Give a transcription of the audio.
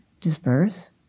disperse